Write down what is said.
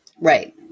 Right